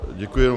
Děkuji.